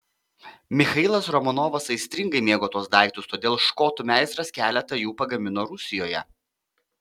michailas romanovas aistringai mėgo tuos daiktus todėl škotų meistras keletą jų pagamino rusijoje